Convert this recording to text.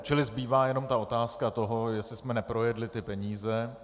Čili zbývá jenom ta otázka toho, jestli jsme neprojedli ty peníze.